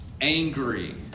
angry